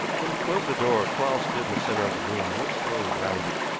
when we closed the door quarles stood in the center of the room and looked slowly round it.